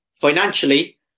financially